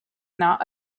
not